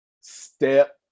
Step